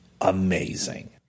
Amazing